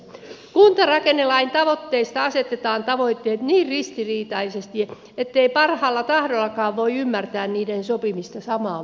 kuntarakennelain tavoitteissa asetetaan tavoitteet niin ristiriitaisesti ettei parhaalla tahdollakaan voi ymmärtää niiden sopimista samaan muottiin